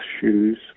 shoes